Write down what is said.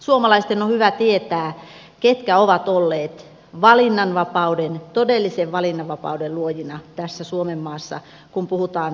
suomalaisten on hyvä tietää ketkä ovat olleet todellisen valinnanvapauden luojina tässä suomen maassa kun puhutaan lastenhoidosta